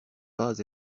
pas